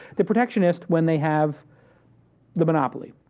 the protectionists, when they have the monopoly.